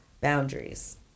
boundaries